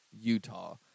Utah